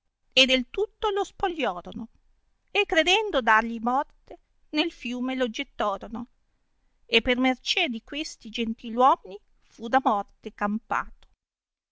e del tutto lo spogliorono e credendo dargli morte nel fiume lo gettorono e per mercè di questi gentil uomini fu da morte campato